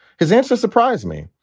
his answer surprised me.